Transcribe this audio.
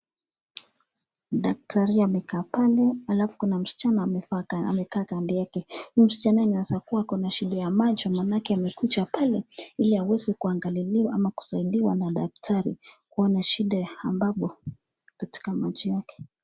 Daktari amekaa pale alafu kuna mschana amekaa kando yake ,huyu mschana inawezakuwa ako na shida ya macho manake amekuja pale ili aweze kuangaliliwa ama kusaidiwa na daktari kuona shida ya ambapo katika macho yake.